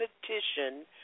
petition